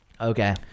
okay